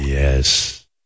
Yes